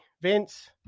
Vince